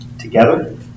together